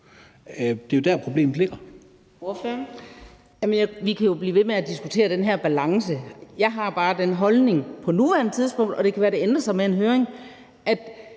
Det er jo der, problemet ligger.